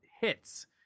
hits